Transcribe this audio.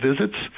visits